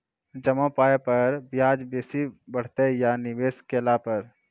जमा पाय पर ब्याज बेसी भेटतै या निवेश केला पर?